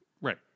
Right